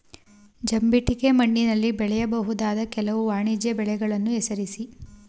ಜಂಬಿಟ್ಟಿಗೆ ಮಣ್ಣಿನಲ್ಲಿ ಬೆಳೆಯಬಹುದಾದ ಕೆಲವು ವಾಣಿಜ್ಯ ಬೆಳೆಗಳನ್ನು ಹೆಸರಿಸಿ?